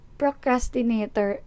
procrastinator